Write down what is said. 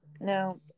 No